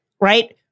right